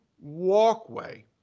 walkway